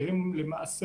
שלמעשה,